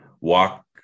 walk